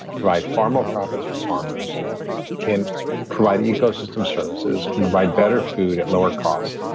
provide far more profits for farmers can provide ecosystem services, can provide better food at lower costs.